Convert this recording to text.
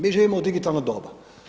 Mi živimo u digitalno doba.